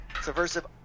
subversive